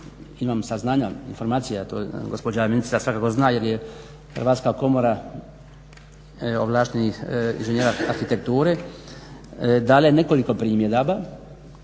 imam saznanja, informacije a to gospođa ministrica svakako zna jer je Hrvatska komora ovlaštenih inženjera arhitekture dala je nekoliko primjedaba,